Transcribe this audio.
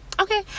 Okay